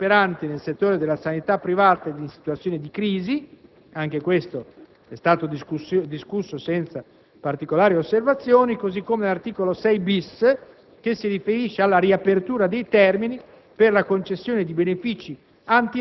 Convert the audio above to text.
relativo ai benefici in favore di enti operanti nel settore della sanità privata e in situazioni di crisi, è stato discusso senza particolari osservazioni, così come l'articolo